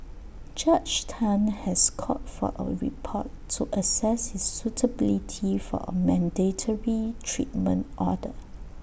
Judge Tan has called for A report to access his suitability for A mandatory treatment order